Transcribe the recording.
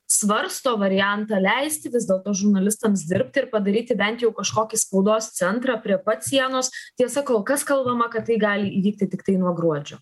svarsto variantą leisti vis dėlto žurnalistams dirbti ir padaryti bent jau kažkokį spaudos centrą prie pat sienos tiesa kol kas kalbama kad tai gali įvykti tiktai nuo gruodžio